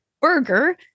burger